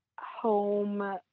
home